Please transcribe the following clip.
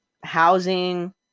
housing